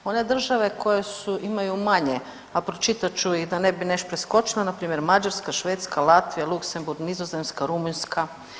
One države koje su, imaju manje, a pročitat ću ih da ne bi neš preskočila, npr. Mađarska, Švedska, Latvija, Luksemburg, Nizozemska, Rumunjska.